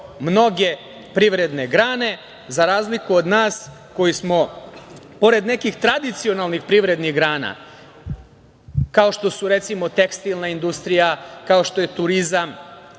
mnoge privredne grane, za razliku od nas koji smo pored nekih tradicionalnih privrednih grana, kao što su, recimo, tekstilan industrija, kao što je turizam,